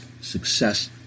success